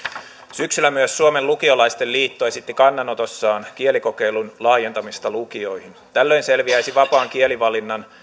syksyllä myös suomen lukiolaisten liitto esitti kannanotossaan kielikokeilun laajentamista lukioihin tällöin selviäisi vapaan kielivalinnan